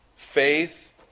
Faith